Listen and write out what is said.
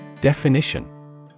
Definition